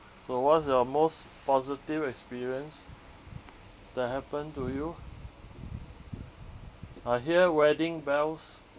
so what's your most positive experience that happened to you I hear wedding bells